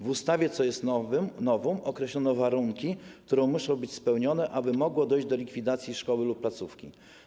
W ustawie, co jest novum, określono warunki, które muszą być spełnione, aby mogło dojść do likwidacji szkoły lub placówki.